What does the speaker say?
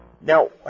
now